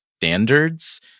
Standards